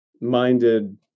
minded